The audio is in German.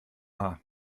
haar